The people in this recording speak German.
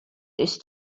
ist